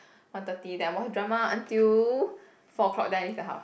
one thirty then I watch drama until four o-clock then I leave the house